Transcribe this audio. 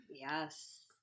Yes